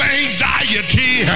anxiety